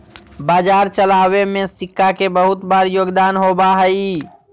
बाजार चलावे में सिक्का के बहुत बार योगदान होबा हई